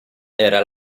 era